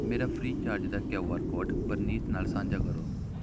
ਮੇਰਾ Freecharge ਦਾ Q R code Praneet ਨਾਲ ਸਾਂਝਾ ਕਰੋ